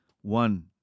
one